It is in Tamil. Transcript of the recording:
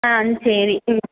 ஆ சரி ம்